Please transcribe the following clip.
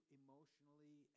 emotionally